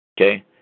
okay